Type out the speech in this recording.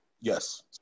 Yes